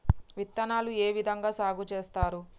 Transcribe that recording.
విత్తనాలు ఏ విధంగా సాగు చేస్తారు?